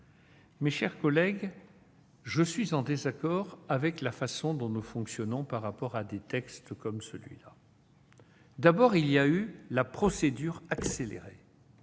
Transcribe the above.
Mes chers collègues, je suis en désaccord avec la façon dont nous fonctionnons par rapport à des textes comme celui-là. La procédure accélérée